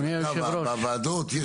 בשבועות הקרובים.